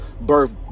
birth